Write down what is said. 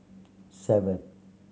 seven